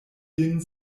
lin